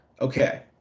okay